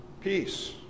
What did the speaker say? peace